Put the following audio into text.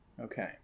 Okay